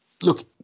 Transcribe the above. Look